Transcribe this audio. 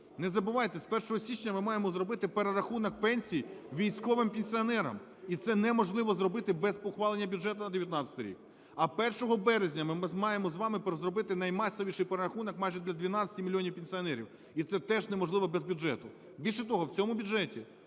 Не забувайте, з 1 січня ми маємо зробити перерахунок пенсій військовим пенсіонерам. І це неможливо зробити без ухвалення бюджету на 19-й рік. А 1 березня ми маємо з вами зробити наймасовіший перерахунок майже для 12 мільйонів пенсіонерів, і це теж неможливо без бюджету. Більше того, в цьому бюджеті